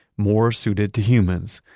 more suited to humans.